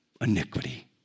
iniquity